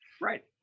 Right